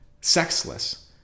sexless